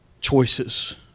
choices